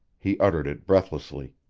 he uttered it breathlessly.